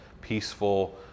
peaceful